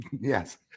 Yes